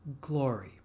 Glory